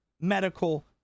medical